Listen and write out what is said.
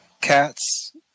Cats